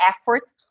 efforts